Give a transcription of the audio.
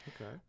Okay